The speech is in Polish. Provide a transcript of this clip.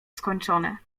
skończone